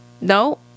no